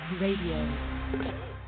Radio